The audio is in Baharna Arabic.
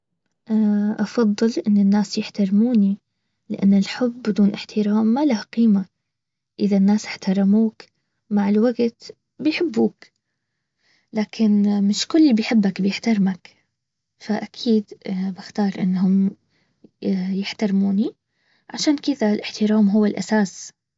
افضل ان الناس يحترموني. لان الحب بدون احترام ما له قيمة. اذا الناس احترموك مع الوقت بيحبوك. لكن مش كل اللي بحبك بيحترمك. فاكيد ابختار انهم يحترموني. عشان كذا الاحترام هو الاساس